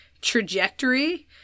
trajectory